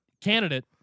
candidate